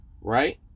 right